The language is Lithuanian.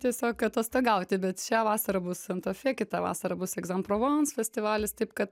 tiesiog atostogauti bet šią vasarą bus santa fe kitą vasarą bus egzam provons festivalis taip kad